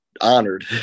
honored